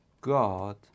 God